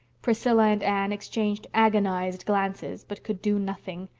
priscilla and anne exchanged agonized glances but could do nothing.